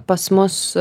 pas mus